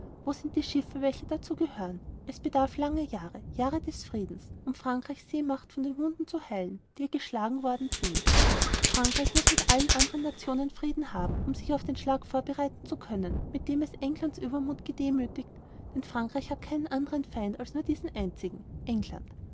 wo sind die schiffe welche dazu gehören es bedarf langer jahre jahre des friedens um frankreich's seemacht von den wunden zu heilen die ihr geschlagen worden sind frankreich muß mit allen anderen nationen frieden haben um sich auf den großen schlag vorbereiten zu können mit dem es england's uebermuth demüthigt denn frankreich hat keinen andern feind als nur diesen einzigen england